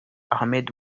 ahmed